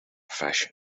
fashion